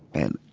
and,